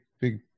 big